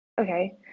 okay